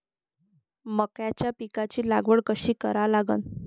मक्याच्या पिकाची लागवड कशी करा लागन?